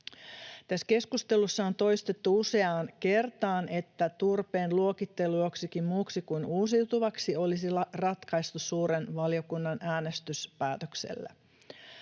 Tässä keskustelussa on toistettu useaan kertaan, että turpeen luokittelu joksikin muuksi kuin uusiutuvaksi olisi ratkaistu suuren valiokunnan äänestyspäätöksellä.